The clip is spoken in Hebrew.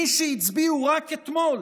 מי שהצביעו רק אתמול